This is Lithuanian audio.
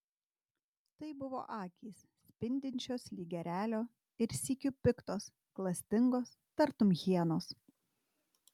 tai buvo akys spindinčios lyg erelio ir sykiu piktos klastingos tartum hienos